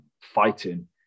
fighting